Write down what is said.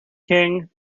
king